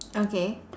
okay